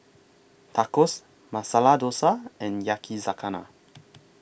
Tacos Masala Dosa and Yakizakana